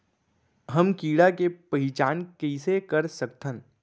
हम कीड़ा के पहिचान कईसे कर सकथन